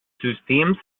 systems